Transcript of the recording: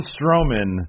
Strowman